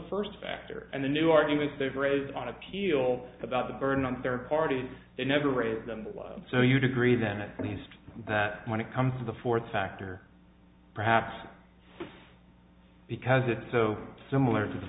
first factor and the new arguments they've raised on appeal about the burden on third party never raised them so you'd agree then at least that when it comes to the fourth factor perhaps because it's so similar